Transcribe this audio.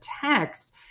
text